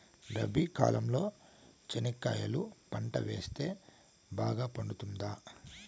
రబి కాలంలో చెనక్కాయలు పంట వేస్తే బాగా పండుతుందా?